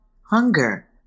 hunger